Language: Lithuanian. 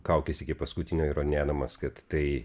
kaukis iki paskutinio įrodinėdamas kad tai